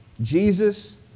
Jesus